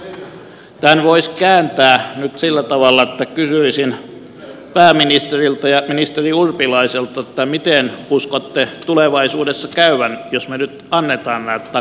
tämän voisi kääntää nyt sillä tavalla että kysyisin pääministeriltä ja ministeri urpilaiselta miten uskotte tulevaisuudessa käyvän jos me nyt annamme nämä takaukset